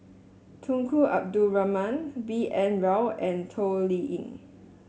Tunku Abdul Rahman B N Rao and Toh Liying